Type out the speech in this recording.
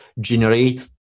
generate